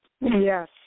Yes